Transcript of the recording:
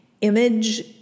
image